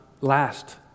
last